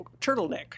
turtleneck